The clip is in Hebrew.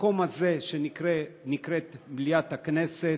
במקום הזה שנקרא מליאת הכנסת,